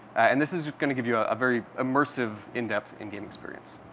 and this is going to give you a very immersive, in-depth in game experience.